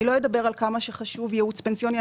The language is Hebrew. אני לא אדבר על כמה שחשוב ייעוץ פנסיוני.